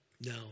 no